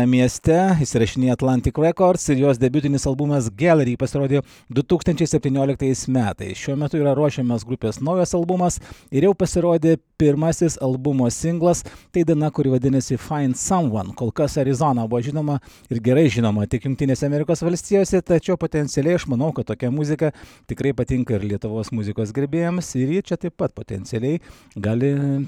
mieste įsirašinėja atlantik rekords ir jos debiutinis albumas gelery pasirodė du tūkstančiai septynioliktais metais šiuo metu yra ruošiamas grupės naujas albumas ir jau pasirodė pirmasis albumo singlas tai daina kuri vadinasi faind samvan kol kas arizona buvo žinoma ir gerai žinoma tik jungtinėse amerikos valstijose tačiau potencialiai aš manau kad tokia muzika tikrai patinka ir lietuvos muzikos gerbėjams ir ji čia taip pat potencialiai gali